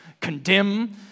condemn